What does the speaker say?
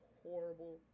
horrible